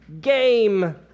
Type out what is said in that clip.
game